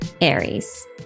Aries